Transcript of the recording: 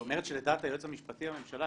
זאת אומרת שלדעת היועץ המשפטי לממשלה,